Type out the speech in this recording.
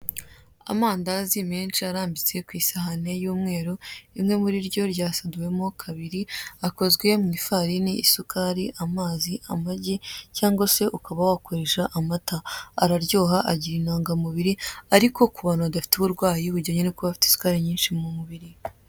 Amandazi menshi arambitse ku isahani y'umweru, rimwe muri ryo ryasaduwemo kabiri, akozwe mu ifarini, isukari, amazi, amagi cyangwa se ukaba wakoresha amata, araryoha agira intungamubiri ariko ku bantu adafite uburwayi bujyanye no kuba bafite isukari nyinshi mu mubiri.